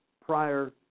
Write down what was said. prior